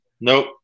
Nope